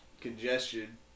congestion